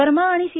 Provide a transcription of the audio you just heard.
वर्मा आणि सी